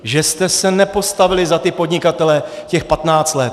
Že jste se nepostavili za ty podnikatele těch 15 let!